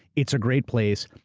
it's a great place.